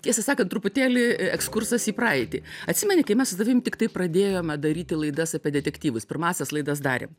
tiesą sakant truputėlį ekskursas į praeitį atsimeni kai mes su tavim tik tai pradėjome daryti laidas apie detektyvus pirmąsias laidas darėm